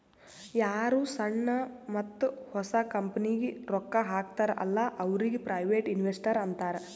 ಯಾರು ಸಣ್ಣು ಮತ್ತ ಹೊಸ ಕಂಪನಿಗ್ ರೊಕ್ಕಾ ಹಾಕ್ತಾರ ಅಲ್ಲಾ ಅವ್ರಿಗ ಪ್ರೈವೇಟ್ ಇನ್ವೆಸ್ಟರ್ ಅಂತಾರ್